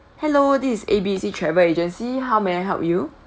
hello this is A_B_C travel agency how may I help you